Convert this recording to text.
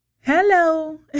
Hello